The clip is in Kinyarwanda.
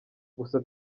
gusa